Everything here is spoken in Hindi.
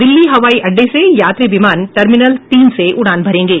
दिल्ली हवाई अड्डे से यात्री विमान टर्मिनल तीन से उड़ान भरेंगे